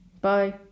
Bye